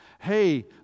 Hey